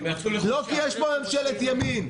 לא כי יש פה ממשלת ימין.